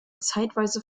zeitweise